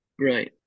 Right